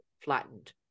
flattened